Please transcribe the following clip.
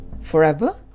Forever